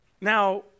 Now